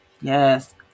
Yes